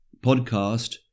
podcast